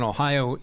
Ohio